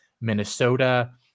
minnesota